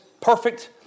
perfect